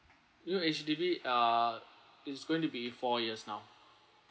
you know H_D_B uh it's going to be four years now